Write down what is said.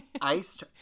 iced